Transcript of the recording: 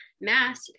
mass